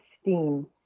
esteem